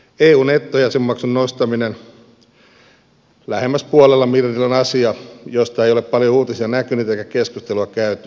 eun nettojäsenmaksun nostaminen lähemmäs puolella miljardilla on asia josta ei ole paljon uutisia näkynyt eikä keskustelua käyty